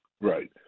Right